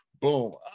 boom